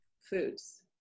foods